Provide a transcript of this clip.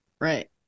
Right